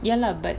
ya lah but